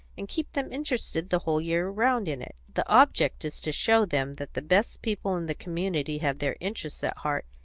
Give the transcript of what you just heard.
and keep them interested the whole year round in it. the object is to show them that the best people in the community have their interests at heart,